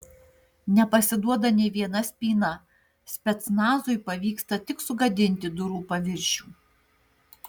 nepasiduoda nė viena spyna specnazui pavyksta tik sugadinti durų paviršių